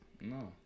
No